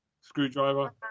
screwdriver